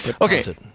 okay